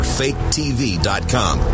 faketv.com